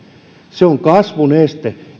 se on kasvun este